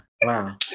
wow